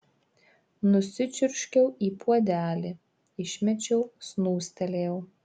nusičiurškiau į puodelį išmečiau snūstelėjau